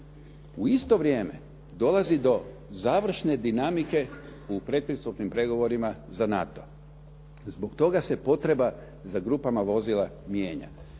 U isto vrijeme dolazi do završne dinamike u predpristupnim pregovorima za NATO. Zbog toga se potreba za grupama vozila mijenja